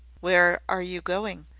where are you going?